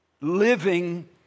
living